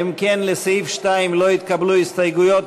אם כן, לסעיף 2 לא התקבלו הסתייגויות.